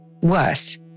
Worse